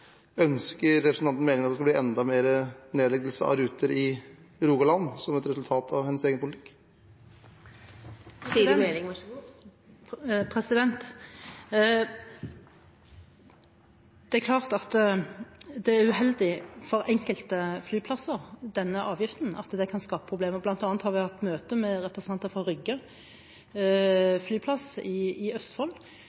Ønsker representanten Meling at det skal bli enda flere nedleggelser av ruter i Rogaland, som et resultat av hennes egen politikk? Det er klart at denne avgiften er uheldig for enkelte flyplasser, at det kan skape problemer. Blant annet har vi hatt møte med representanter for Rygge flyplass i Østfold,